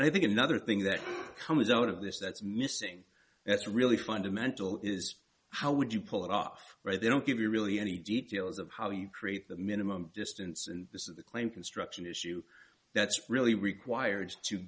and i think another thing that comes out of this that's missing that's really fundamental is how would you pull it off or they don't give you really any details of how you create the minimum distance and this is the claim construction issue that's really required to